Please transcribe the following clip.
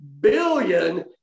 billion